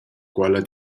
quella